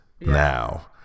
now